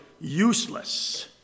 useless